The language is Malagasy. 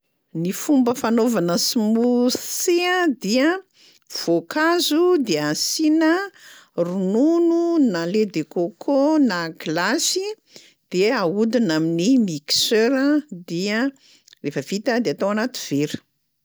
Ny fomba fanaovana smoothie dia: voankazo de asiana ronono na lait de coco na glasy, de ahodina amin'ny mixeur dia rehefa vita de atao anaty vera.